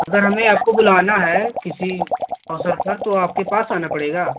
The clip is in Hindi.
अगर हमें आपको बुलाना है किसी अवसर पर तो आपके पास आना पड़ेगा